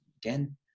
again